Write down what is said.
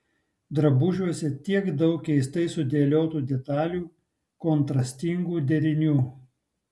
drabužiuose tiek daug keistai sudėliotų detalių kontrastingų derinių